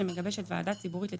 שמגבשת ועדה ציבורית לתאגידים,